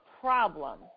problem